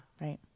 Right